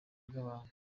bw’abantu